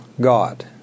God